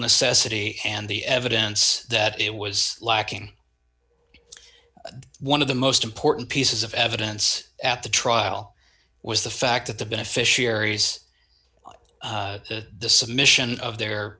necessity and the evidence that it was lacking one of the most important pieces of evidence at the trial was the fact that the beneficiaries the submission of their